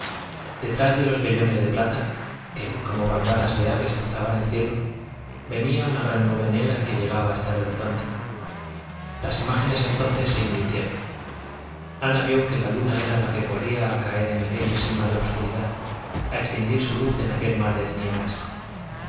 detrás de los vellones de plata que como bandadas de aves cruzaban el cielo venía una gran nube negra que llegaba hasta el horizonte las imágenes entonces se invirtieron ana vio que la luna era la que corría a caer en aquella sima de obscuridad a extinguir su luz en aquel mar de tinieblas